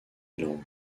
lang